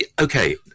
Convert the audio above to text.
okay